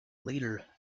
later